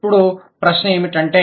ఇప్పుడు ప్రశ్న ఏమిటంటే